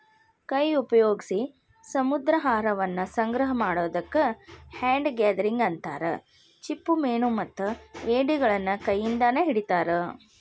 ಕೈ ಉಪಯೋಗ್ಸಿ ಸಮುದ್ರಾಹಾರವನ್ನ ಸಂಗ್ರಹ ಮಾಡೋದಕ್ಕ ಹ್ಯಾಂಡ್ ಗ್ಯಾದರಿಂಗ್ ಅಂತಾರ, ಚಿಪ್ಪುಮೇನುಮತ್ತ ಏಡಿಗಳನ್ನ ಕೈಯಿಂದಾನ ಹಿಡಿತಾರ